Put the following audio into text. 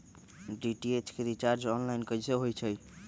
DTH के recharge online कैसे होईछई?